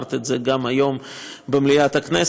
ואמרת את זה היום גם במליאת הכנסת,